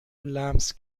لمس